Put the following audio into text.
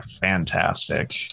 fantastic